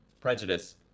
Prejudice